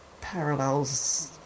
parallels